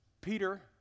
Peter